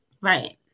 Right